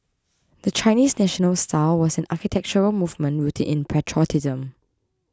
the Chinese National style was an architectural movement rooted in patriotism